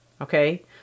Okay